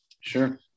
Sure